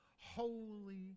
holy